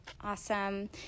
awesome